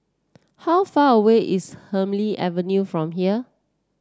how far away is Hemsley Avenue from here